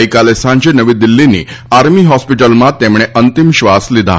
ગઈકાલે સાંજે નવી દિલ્હીની આર્મી હોસ્પિટલમાં તેમણે અંતિમ શ્વાસ લીધા